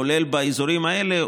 כולל באזורים האלה,